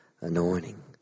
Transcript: Anointing